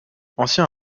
ancien